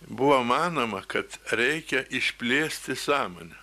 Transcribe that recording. buvo manoma kad reikia išplėsti sąmonę